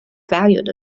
valued